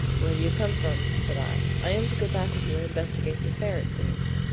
where do you come from, said i, i am to go back with you and investigate the affair it seems.